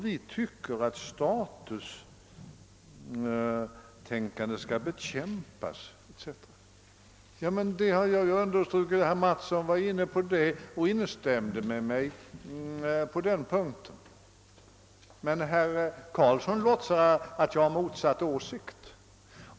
Vi tycker att statustänkande skall bekämpas etc.» Men det har jag understrukit, och herr Mattsson instämde med mig på den punkten. Herr Carlsson låtsar emellertid som om jag har motsatt åsikt.